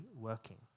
working